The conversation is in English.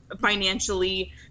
financially